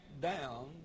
down